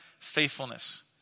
faithfulness